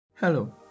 Hello